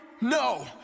No